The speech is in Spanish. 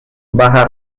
baja